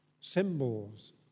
symbols